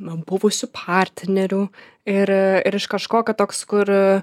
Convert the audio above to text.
buvusių partnerių ir ir iš kažkokio toks kur